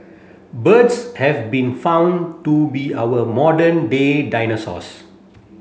birds have been found to be our modern day dinosaurs